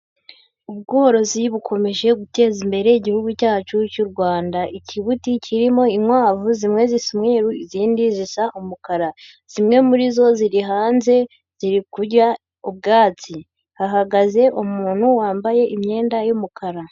Ubworozi bukomeje guteza imbere igihugu cyacu cy'u Rwanda, ikibuti kirimo inkwavu zimwe zisa umweru izindi zisa umukara, zimwe muri zo ziri hanze ziri kurya ubwatsi, hahagaze umuntu wambaye imyenda y'umukara